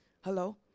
Hello